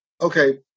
okay